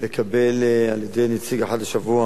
לקבל על-ידי נציג אחת לשבוע